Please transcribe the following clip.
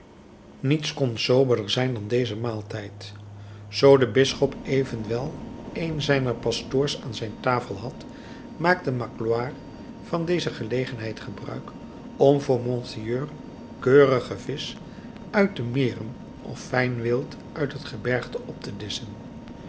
niets kon soberder zijn dan deze maaltijd zoo de bisschop evenwel een zijner pastoors aan zijn tafel had maakte magloire van deze gelegenheid gebruik om voor monseigneur keurige visch uit de meren of fijn wild uit het gebergte op te disschen